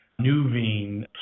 Nuveen